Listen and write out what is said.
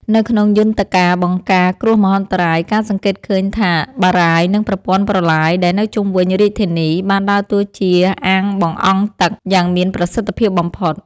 នៅក្នុងយន្តការបង្ការគ្រោះមហន្តរាយ គេសង្កេតឃើញថាបារាយណ៍ និងប្រព័ន្ធប្រឡាយដែលនៅជុំវិញរាជធានី បានដើរតួជា អាងបង្អង់ទឹក យ៉ាងមានប្រសិទ្ធភាពបំផុត។